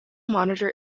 monitor